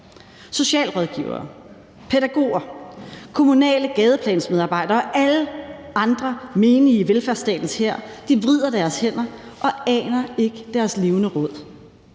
Socialrådgivere, pædagoger, kommunale gadeplansmedarbejdere og alle andre menige i velfærdsstatens hær vrider deres hænder og aner ikke deres levende råd.